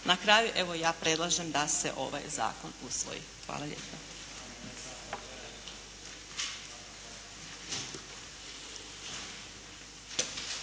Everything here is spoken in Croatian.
Na kraju evo ja predlažem da se ovaj zakon usvoji. Hvala lijepa.